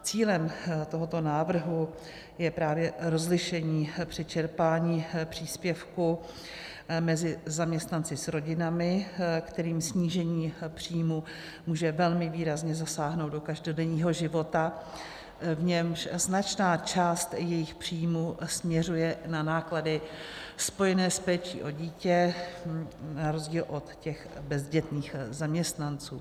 Cílem tohoto návrhu je rozlišení při čerpání příspěvku mezi zaměstnanci s rodinami, kterým snížení příjmu může velmi výrazně zasáhnout do každodenního života, v němž značná část jejich příjmů směřuje na náklady spojené s péčí o dítě na rozdíl od bezdětných zaměstnanců.